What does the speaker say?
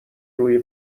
روی